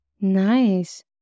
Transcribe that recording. nice